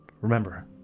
Remember